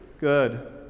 good